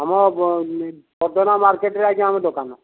ଆମ ପଦନା ମାର୍କେଟରେ ଆଜ୍ଞା ଆମ ଦୋକାନ